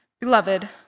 Beloved